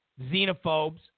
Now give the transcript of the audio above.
xenophobes